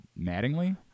Mattingly